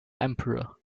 emperor